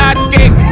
escape